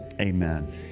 Amen